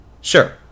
Sure